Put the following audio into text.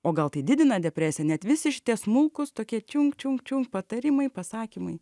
o gal tai didina depresiją net visi šitie smulkūs tokie čiun čiun čiun patarimai pasakymai